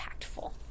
impactful